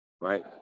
right